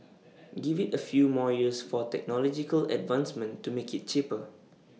give IT A few more years for technological advancement to make IT cheaper